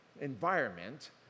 environment